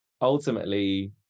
ultimately